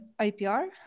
IPR